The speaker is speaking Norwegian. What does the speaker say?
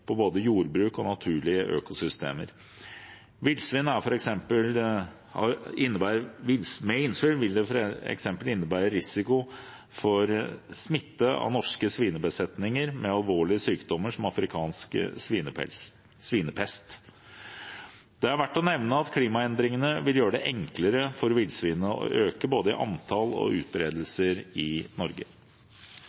både jordbruk og naturlige økosystemer. Mer villsvin vil f.eks. innebære risiko for smitte av norske svinebesetninger med alvorlige sykdommer, som afrikansk svinepest. Det er verdt å nevne at klimaendringene vil gjøre det enklere for villsvinene å øke i både antall og utbredelse i Norge. Rapporten fra Vitenskapskomiteen har gitt oss ny kunnskap og